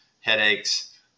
headaches